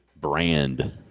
brand